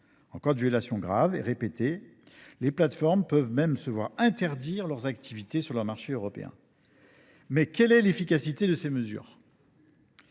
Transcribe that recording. En cas de violations graves et répétées, les plateformes peuvent même se voir interdire leurs activités sur leur marché européen. Néanmoins, quelle efficacité ont ces mesures ?